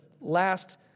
last